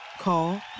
Call